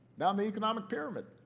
down the economic pyramid?